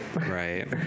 Right